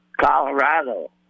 Colorado